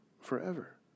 forever